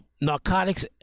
narcotics